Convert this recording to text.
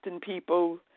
people